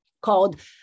called